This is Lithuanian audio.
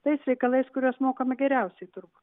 tais reikalais kuriuos mokame geriausiai turbūt